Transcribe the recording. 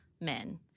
men